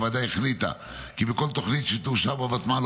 הוועדה החליטה כי בכל תוכנית שתאושר בוותמ"ל